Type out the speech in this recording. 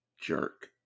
jerk